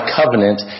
covenant